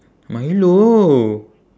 milo